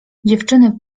dziewczyny